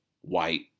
white